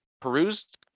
perused